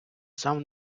сам